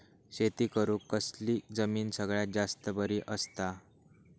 शेती करुक कसली जमीन सगळ्यात जास्त बरी असता?